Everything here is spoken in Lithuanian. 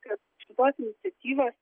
kad šitos iniciatyvos